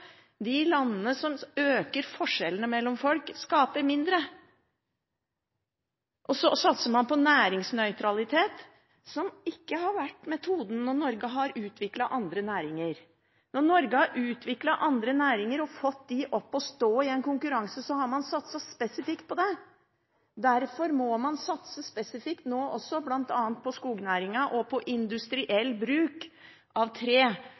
De landene som øker forskjellene mellom folk, skaper mindre. Så satser man på næringsnøytralitet, som ikke har vært metoden når Norge har utviklet andre næringer. Når Norge har utviklet andre næringer og fått dem opp og stå i en konkurranse, har man satset spesifikt på det. Derfor må man satse spesifikt nå også, bl.a. på skognæringen og på industriell bruk av tre